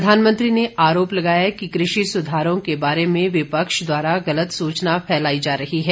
प्रधानमंत्री ने आरोप लगाया कि कृषि सुधारों के बारे में विपक्ष द्वारा गलत सुचना फैलाई जा रही है